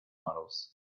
models